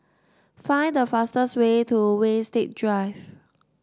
find the fastest way to Winstedt Drive